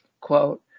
quote